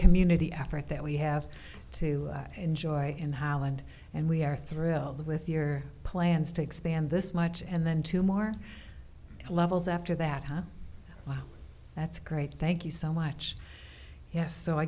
community effort that we have to enjoy in holland and we are thrilled with your plans to expand this much and then two more levels after that time well that's great thank you so much yes so i